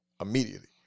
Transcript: immediately